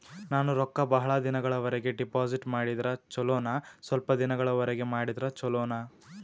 ನಾನು ರೊಕ್ಕ ಬಹಳ ದಿನಗಳವರೆಗೆ ಡಿಪಾಜಿಟ್ ಮಾಡಿದ್ರ ಚೊಲೋನ ಸ್ವಲ್ಪ ದಿನಗಳವರೆಗೆ ಮಾಡಿದ್ರಾ ಚೊಲೋನ?